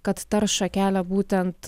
kad taršą kelia būtent